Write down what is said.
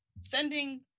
Sending